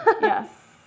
Yes